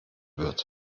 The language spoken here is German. wird